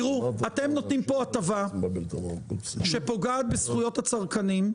אתם נותנים פה הטבה שפוגעת בזכויות הצרכנים,